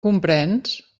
comprens